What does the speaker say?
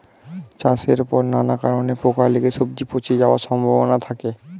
চাষের পর নানা কারণে পোকা লেগে সবজি পচে যাওয়ার সম্ভাবনা থাকে